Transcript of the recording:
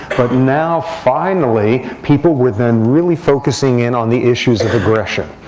but now, finally, people were then really focusing in on the issues of aggression.